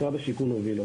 הובלה על ידי משרד השיכון.